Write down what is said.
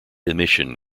emission